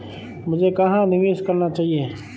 मुझे कहां निवेश करना चाहिए?